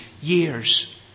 years